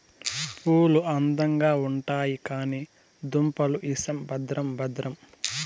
పూలు అందంగా ఉండాయి కానీ దుంపలు ఇసం భద్రం భద్రం